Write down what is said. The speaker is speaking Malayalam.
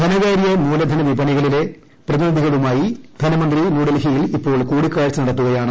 ധനകാര്യ മൂലധന വിപണികളിലെ പ്രതിനിധികളുമായി ധനമന്ത്രി ന്യൂഡൽഹിയിൽ ഇപ്പോൾ കൂടിക്കാഴ്ച നടത്തുകയാണ്